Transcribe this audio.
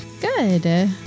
Good